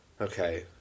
Okay